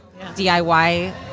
DIY